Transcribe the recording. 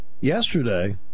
Yesterday